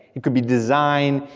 it could be design,